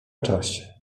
czasie